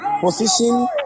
position